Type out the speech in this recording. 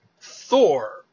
Thor